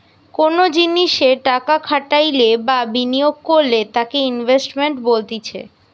কোনো জিনিসে টাকা খাটাইলে বা বিনিয়োগ করলে তাকে ইনভেস্টমেন্ট বলতিছে